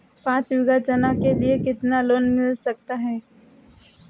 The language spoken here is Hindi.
पाँच बीघा चना के लिए कितना लोन मिल सकता है?